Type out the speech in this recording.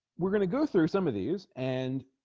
we're gonna go through some of these and